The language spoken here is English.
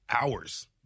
hours